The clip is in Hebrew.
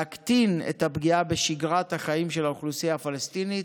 להקטין את הפגיעה בשגרת החיים של האוכלוסייה הפלסטינית,